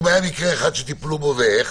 אם היה מקרה אחד שטיפלו בו ואיך.